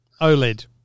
OLED